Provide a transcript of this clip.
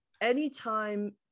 anytime